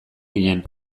ginen